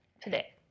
today